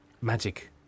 magic